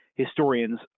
historians